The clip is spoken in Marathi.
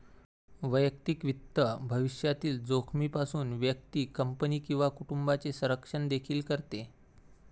वैयक्तिक वित्त भविष्यातील जोखमीपासून व्यक्ती, कंपनी किंवा कुटुंबाचे संरक्षण देखील करते